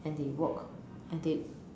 and they walk and they